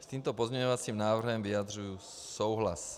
S tímto pozměňovacím návrhem vyjadřuji souhlas.